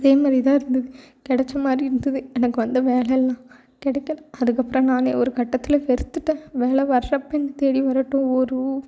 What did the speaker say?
அதேமாதிரி இருந்தது கெடைச்ச மாதிரி இருந்தது எனக்கு வந்த வேலைலாம் கிடைக்கல அதுக்கப்புறம் நானே ஒரு கட்டத்தில் வெறுத்துட்டேன் வேலை வர்றப்ப என்னை தேடி வரட்டும் வரும்